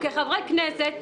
חברי הכנסת,